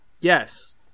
Yes